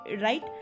Right